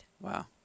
Wow